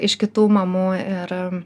iš kitų mamų ir